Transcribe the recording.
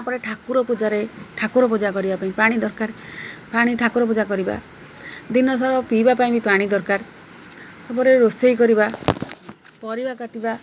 ତା'ପରେ ଠାକୁର ପୂଜାରେ ଠାକୁର ପୂଜା କରିବା ପାଇଁ ପାଣି ଦରକାର ପାଣି ଠାକୁର ପୂଜା କରିବା ଦିନସାରା ପିଇବା ପାଇଁ ବି ପାଣି ଦରକାର ତା'ପରେ ରୋଷେଇ କରିବା ପରିବା କାଟିବା